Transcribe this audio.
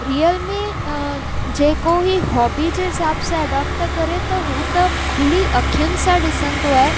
real में जेको हीअ हॉबी जे हिसाब सां एडॉप्ट थो करे त हू त खुली अखियुनि सां ॾिसंदो आहे